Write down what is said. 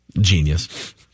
Genius